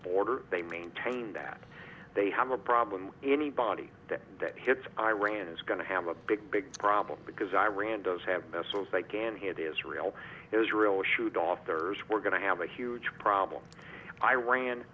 border they maintain that they have a problem with anybody that hits iran is going to have a big big problem because iran does have missiles that can hit israel israel should authors we're going to have a huge problem iran